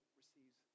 receives